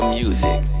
music